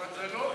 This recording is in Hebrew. אבל זה לא,